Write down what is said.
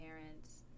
parents